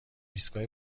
ایستگاه